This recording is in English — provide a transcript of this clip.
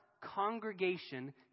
congregation